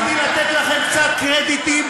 רציתי לתת לכם קצת קרדיטים.